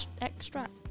extract